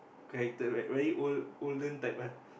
character right very old olden type one